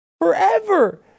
forever